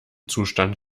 zustand